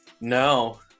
no